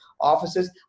offices